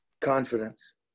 Confidence